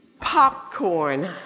popcorn